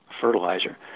fertilizer